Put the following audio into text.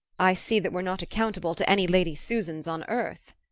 i see that we're not accountable to any lady susans on earth!